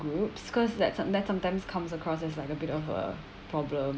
groups because that's some that sometimes comes across is like a bit of a problem